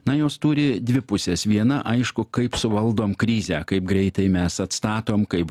na jos turi dvi puses viena aišku kaip suvaldom krizę kaip greitai mes atstatom kaip